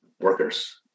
workers